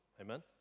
Amen